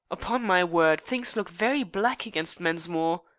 upon my word, things look very black against mensmore.